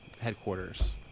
headquarters